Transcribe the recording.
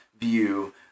view